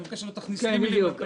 ואני מבקש שלא תכניס לי מילים לפה.